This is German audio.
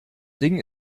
ding